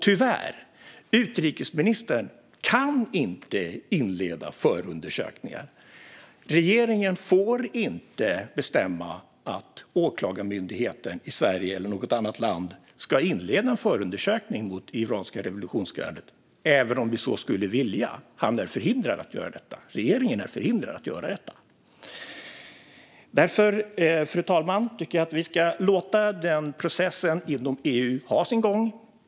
Tyvärr kan utrikesministern inte inleda förundersökningar. Regeringen får inte bestämma att Åklagarmyndigheten i Sverige, eller i något annat land, ska inleda en förundersökning mot det iranska revolutionsgardet även om man så skulle vilja. Man är förhindrad att göra detta. Därför, fru talman, tycker jag att vi ska låta denna process inom EU ha sin gång.